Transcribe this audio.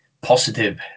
positive